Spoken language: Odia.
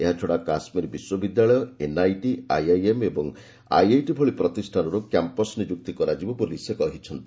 ଏହାଛଡ଼ା କାଶ୍ମୀର ବିଶ୍ୱବିଦ୍ୟାଳୟ ଏନ୍ଆଇଟି ଆଇଆଇଏମ୍ ଏବଂ ଆଇଆଇଟି ଭଳି ପ୍ରତିଷ୍ଠାନରୁ କ୍ୟାମ୍ପସ ନିଯୁକ୍ତି କରାଯିବ ବୋଲି ସେ କହିଛନ୍ତି